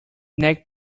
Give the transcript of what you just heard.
nag